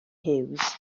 huws